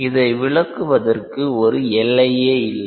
இதை விளக்குவதற்கு ஒரு எல்லையே இல்லை